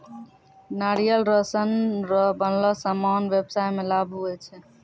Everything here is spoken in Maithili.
नारियल रो सन रो बनलो समान व्याबसाय मे लाभ हुवै छै